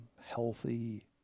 healthy